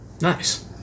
Nice